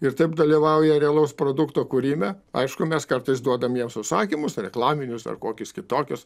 ir taip dalyvauja realaus produkto kūrime aišku mes kartais duodam jiems užsakymus reklaminius ar kokius kitokius